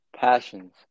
Passions